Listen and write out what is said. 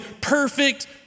perfect